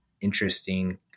interesting